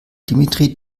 dimitri